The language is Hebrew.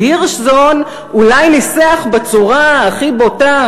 שהירשזון אולי ניסח בצורה הכי בוטה,